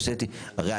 הרי,